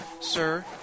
Sir